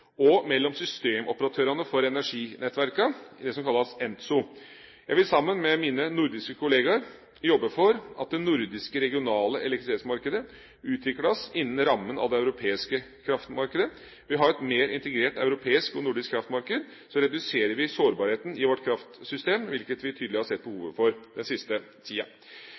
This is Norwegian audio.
og mellom systemoperatørene for energinettverkene, det som kalles ENTSO. Jeg vil sammen med mine nordiske kolleger jobbe for at det nordiske regionale elektrisitetsmarkedet utvikles innenfor rammen av det europeiske kraftmarkedet. Ved å ha et mer integrert europeisk og nordisk kraftmarked reduserer vi sårbarheten i vårt kraftsystem, hvilket vi tydelig har sett behovet for den siste tida.